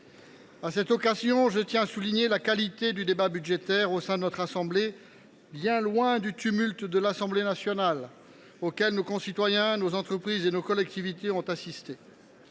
À cette occasion, je tiens à souligner la qualité du débat budgétaire au sein de notre chambre, bien loin du tumulte de l’Assemblée nationale, auquel nos concitoyens, nos entreprises et nos collectivités ont assisté,